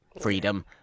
freedom